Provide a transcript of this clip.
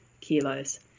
kilos